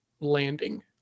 landing